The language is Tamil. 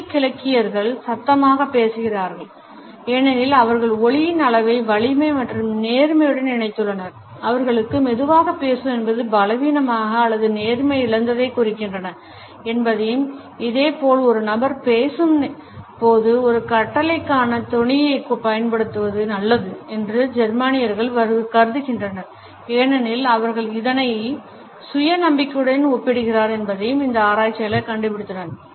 மத்திய கிழக்கியர்கள் சத்தமாக பேசுகிறார்கள் ஏனெனில் அவர்கள் ஒலியின் அளவை வலிமை மற்றும் நேர்மையுடன் இணைத்துள்ளனர் அவர்களுக்கு மெதுவாக பேசுவது என்பது பலவீனமான அல்லது நேர்மையிழந்ததைக் குறிக்கின்றது என்பதையும் இதே போல் ஒரு நபர் பேசும் போது ஒரு கட்டளைக்கான தொனியைப் பயன்படுத்துவது நல்லது என்று ஜெர்மானியர்கள் கருதுகின்றனர் ஏனெனில் அவர்கள் இதனை சுய நம்பிக்கையுடன் ஒப்பிடுகிறார்கள் என்பதையும் இந்த ஆராய்ச்சியில் கண்டுபிடித்துள்ளனர்